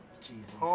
Jesus